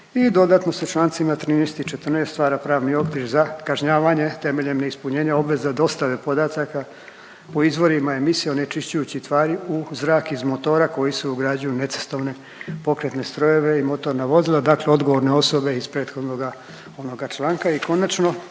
dodatno se čl. 13 i 14 stvara pravni okvir za kažnjavanje temeljem neispunjenja obveza dostave podataka o izvorima emisija onečišćujućih tvari u zrak iz motora koji se ugrađuju u necestovne pokretne strojeve i motorna vozila, dakle odgovorne osobe iz prethodnoga